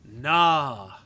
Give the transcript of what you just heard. Nah